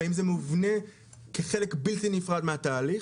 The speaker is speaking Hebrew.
והאם זה מובנה כחלק בלתי נפרד מהתהליך?